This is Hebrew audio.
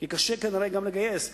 כי קשה כנראה גם לגייס.